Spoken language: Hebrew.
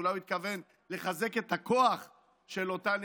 אולי הוא התכוון לחזק את הכוח של אותה נציבות,